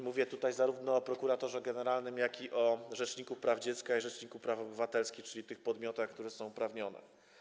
Mówię tutaj zarówno o prokuratorze generalnym, jak i rzeczniku praw dziecka i rzeczniku praw obywatelskich, czyli tych podmiotach, które są uprawnione.